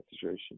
situation